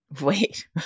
Wait